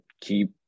keep